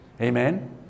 Amen